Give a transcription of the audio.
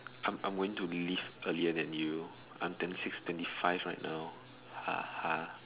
I'm I'm went to leave earlier than you I'm ten six twenty five right now (uh huh)